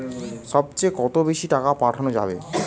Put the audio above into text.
সব চেয়ে কত বেশি টাকা পাঠানো যাবে?